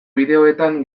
bideoetan